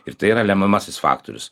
ir tai yra lemiamasis faktorius